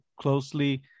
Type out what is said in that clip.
closely